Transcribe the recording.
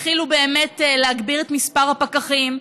והתחילו באמת להגביר את מספר הפקחים.